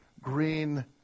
green